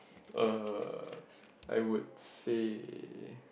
uh I would say